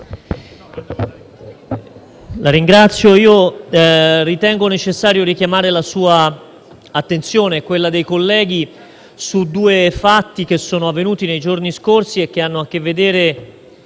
Presidente, ritengo necessario richiamare la sua attenzione e quella dei colleghi su due fatti, avvenuti nei giorni scorsi, che hanno a che vedere